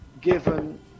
given